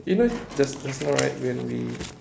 eh you know just just now right when we